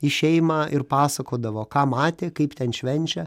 į šeimą ir pasakodavo ką matė kaip ten švenčia